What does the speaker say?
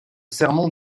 sermon